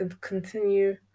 continue